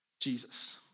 Jesus